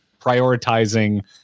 prioritizing